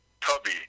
Tubby